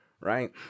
right